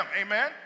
Amen